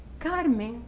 carmen,